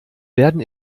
werden